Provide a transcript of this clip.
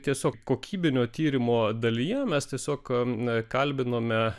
tiesiog kokybinio tyrimo dalyje mes tiesiog kalbinome